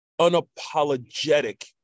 unapologetic